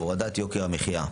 הורדת יוקר המחיה,